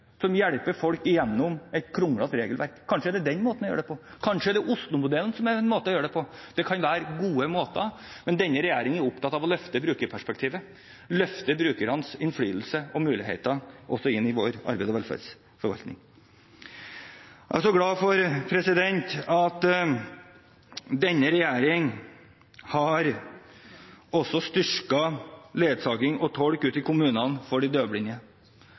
som hjelper folk gjennom et kronglete regelverk. Kanskje det er måten å gjøre det på. Kanskje er det Oslo-modellen som er måten å gjøre det på. Det kan være gode måter, men denne regjeringen er opptatt av å løfte brukerperspektivet, løfte brukernes innflytelse og muligheter også inn i vår arbeids- og velferdsforvaltning. Jeg er også glad for at denne regjeringen har styrket ledsaging og tolk for døvblinde ute i kommunene, slik vi lovte i valgkampen. Jeg er i tillegg glad for